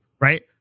right